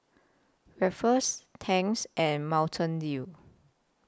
Ruffles Tangs and Mountain Dew